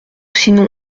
sinon